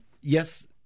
yes